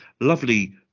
lovely